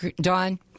Don